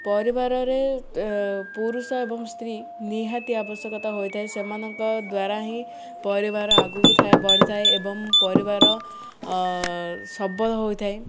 ପରିବାରରେ ପୁରୁଷ ଏବଂ ସ୍ତ୍ରୀ ନିହାତି ଆବଶ୍ୟକତା ହୋଇଥାଏ ସେମାନଙ୍କ ଦ୍ୱାରା ହିଁ ପରିବାର ଆଗକୁ ଥାଏ ବଢ଼ିଥାଏ ଏବଂ ପରିବାର ସବଳ ହୋଇଥାଏ